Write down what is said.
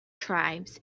tribes